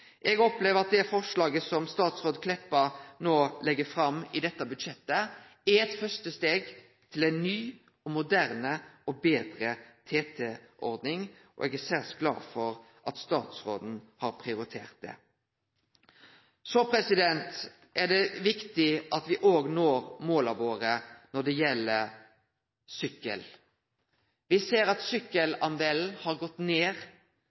Eg opplever at det forslaget som statsråd Meltveit Kleppa no legg fram i dette budsjettet, er eit første steg mot ei ny, moderne og betre TT-ordning, og eg er særs glad for at statsråden har prioritert det. Så er det viktig at me òg når måla våre når det gjeld sykkel. Me ser at delen syklistar har gått ned.